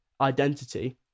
identity